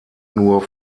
nur